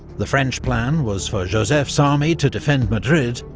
the french plan was for joseph's army to defend madrid,